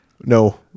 No